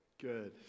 good